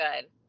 good